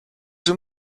whom